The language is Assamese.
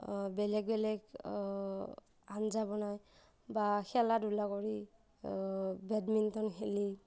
বেলেগ বেলেগ আঞ্জা বনায় বা খেলা ধূলা কৰি বেডমিণ্টণ খেলি